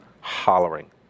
hollering